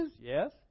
yes